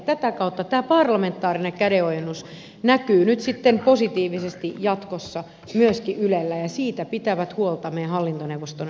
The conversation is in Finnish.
tätä kautta tämä parlamentaarinen kädenojennus näkyy nyt sitten positiivisesti jatkossa myöskin ylellä ja siitä pitävät huolta meidän hallintoneuvostomme jäsenet